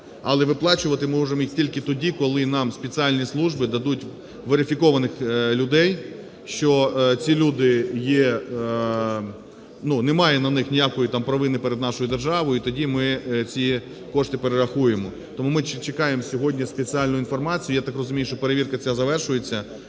але виплачувати ми можемо їх тільки тоді, коли нам спеціальні служби дадуть верифікованих людей, що ці люди є, ну, немає на них ніякої провини перед нашою державою, і тоді ми ці кошти перерахуємо. Тому ми чекаємо сьогодні спеціальну інформацію. Я так розумію, що перевірка ця завершується,